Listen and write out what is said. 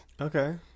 Okay